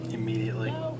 Immediately